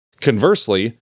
conversely